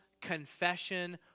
confession